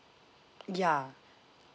ya